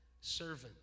servant